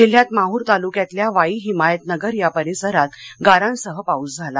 जिल्ह्यात माहर तालुक्यातल्या वाई हिमायतनगर या परिसरात गारांसह पाऊस झाला